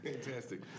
Fantastic